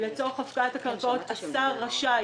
לצורך הפקעת הקרקעות השר רשאי,